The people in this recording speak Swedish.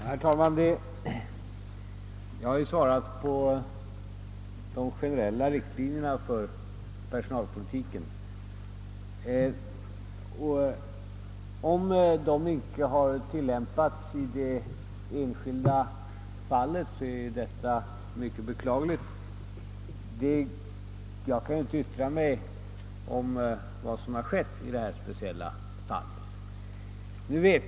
Herr talman! Jag har lämnat svar beträffande de generella riktlinjerna för personalpolitiken, och om dessa i vissa fall inte har tillämpats är det mycket beklagligt. Jag kan inte yttra mig om vad som har skett i detta speciella fall.